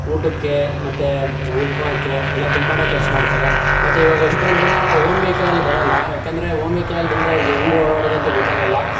ಊಟಕ್ಕೆ ಮತ್ತು ಉಳ್ಕೊಳಕ್ಕೆ ಎಲ್ಲ ತುಂಬಾ ಖರ್ಚು ಮಾಡ್ತಾರೆ ಮತ್ತು ಇವಾಗ ಎಷ್ಟೊಂದು ಜನ ಓನ್ ವೆಹಿಕಲಲ್ಲಿ ಬರಲ್ಲ ಯಾಕಂದರೆ ಓನ್ ವೆಹಿಕಲಲ್ಲಿ ಬಂದರೆ ಅವ್ರ್ಗೆ ಹೆಂಗ್ ಓಡಾಡೋದಂತ ಗೊತ್ತಾಗಲ್ಲ